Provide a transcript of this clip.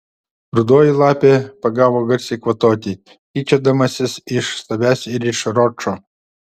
rudoji lapė pagavo garsiai kvatoti tyčiodamasis iš savęs ir iš ročo